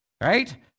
Right